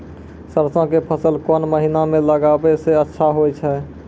सरसों के फसल कोन महिना म लगैला सऽ अच्छा होय छै?